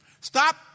Stop